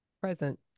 present